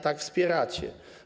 Tak wspieracie.